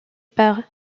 par